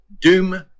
Doom